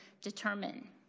determine